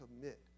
commit